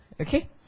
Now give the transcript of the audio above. okay